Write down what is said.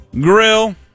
Grill